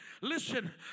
Listen